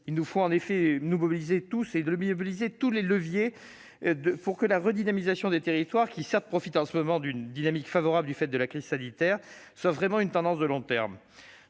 Il nous faut en effet mobiliser tous les leviers pour que la redynamisation des territoires, qui profite en ce moment d'une dynamique favorable du fait de la crise sanitaire, soit véritablement une tendance de long terme.